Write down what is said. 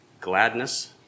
gladness